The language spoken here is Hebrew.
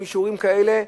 עם אישורים כאלה,